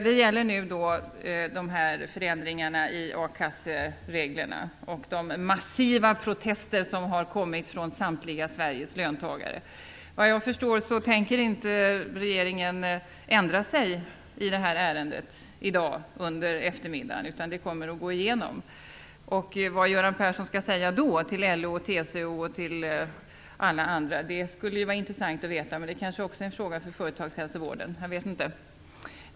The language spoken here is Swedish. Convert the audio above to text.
De gäller förändringarna i a-kassereglerna och de massiva protester som har kommit från samtliga Sveriges löntagare. Vad jag förstår tänker inte regeringen ändra sig i det här ärendet under eftermiddagen, utan det kommer att gå igenom. Vad Göran Persson då skall säga till LO, TCO och alla andra skulle det vara intressant att veta. Men det kanske också är en fråga för företagshälsovården. Jag vet inte.